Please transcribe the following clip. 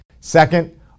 Second